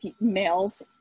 males